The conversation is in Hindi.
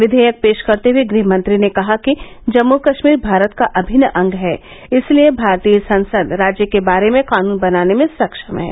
विधेयक र्षश करते हुए गृहमंत्री ने कहा कि जम्मू कश्मीर भारत का अभिन्न अंग है इसलिए भारतीय संसद राज्य के बारे में कानून बनाने में े सक्षम है